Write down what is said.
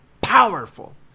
powerful